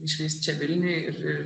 išvyst čia vilniuj ir ir